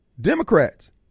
democrats